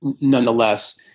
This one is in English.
nonetheless